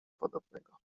podobnego